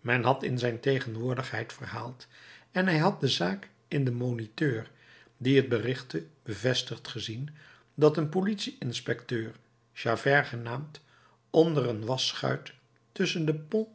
men had in zijn tegenwoordigheid verhaald en hij had de zaak in den moniteur die het berichtte bevestigd gezien dat een politie inspecteur javert genaamd onder een waschschuit tusschen de